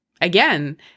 again